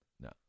No